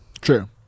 True